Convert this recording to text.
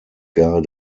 gar